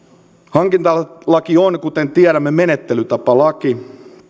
hankintalaki on kuten tiedämme menettelytapalaki